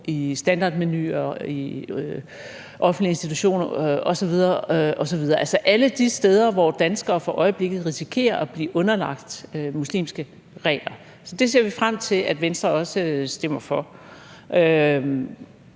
i standardmenuer i offentlige institutioner osv. osv., altså forslag vedrørende alle de områder, hvor danskere for øjeblikket risikerer at blive underlagt muslimske regler. Så det ser vi frem til at Venstre også stemmer for.